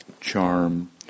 charm